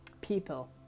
people